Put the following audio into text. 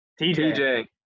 TJ